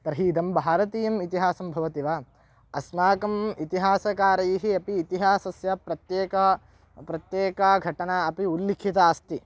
तर्हि इदं भारतीयम् इतिहासं भवति वा अस्माकम् इतिहासकारैः अपि इतिहासस्य प्रत्येका प्रत्येका घटना अपि उल्लिखिता अस्ति